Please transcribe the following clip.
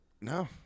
no